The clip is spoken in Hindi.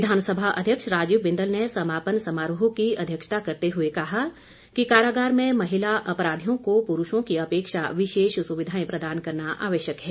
विधानसभा अध्यक्ष राजीव बिंदल ने समापन समारोह की अध्यक्षता करते हुए कहा कि कारागार में महिला अपराधियों को प्रूषों की अपेक्षा विशेष सुविधाएं प्रदान करना आवश्यक है